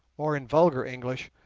or, in vulgar english,